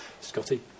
Scotty